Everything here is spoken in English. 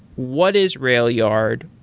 what is railyard?